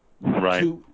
Right